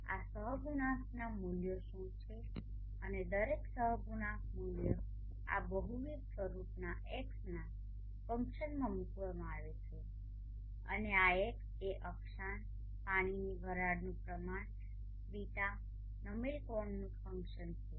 આ સહગુણાંકના મૂલ્યો શું છે અને દરેક સહગુણાંક મૂલ્ય આ બહુવિધ સ્વરૂપના xના ફંક્શનમાં મુકવામાં આવે છે અને આ x એ અક્ષાંશ પાણીની વરાળનુ પ્રમાણ બીટા નમેલ કોણનુ ફંક્શન છે